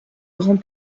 grand